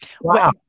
Wow